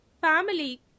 family